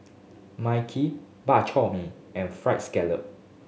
mai kee Bak Chor Mee and fry scallop